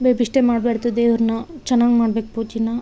ಬೇಬಿಷ್ಟೆ ಮಾಡಬಾರ್ದು ದೇವ್ರನ್ನ ಚೆನ್ನಾಗ್ ಮಾಡ್ಬೇಕು ಪೂಜೆನ